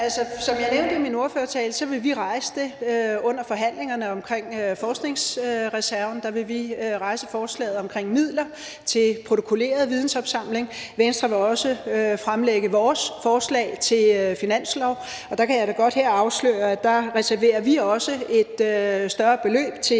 som jeg nævnte i min ordførertale, vil vi rejse det under forhandlingerne omkring forskningsreserven. Der vil vi rejse forslaget om midler til protokolleret vidensopsamling. Vi vil i Venstre også fremlægge vores forslag til finanslov, og der kan jeg da godt her afsløre, at vi også reserverer et større beløb til